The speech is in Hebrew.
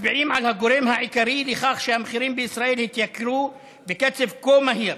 מצביעים על הגורם העיקרי לכך שהמחירים בישראל התייקרו בקצב כה מהיר: